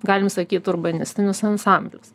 galim sakyt urbanistinius ansamblius